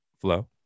Flow